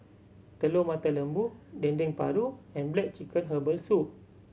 Telur Mata Lembu Dendeng Paru and black chicken herbal soup